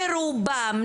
ברובן,